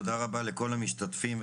תודה רבה לכל המשתתפים.